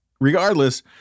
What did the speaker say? Regardless